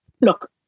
Look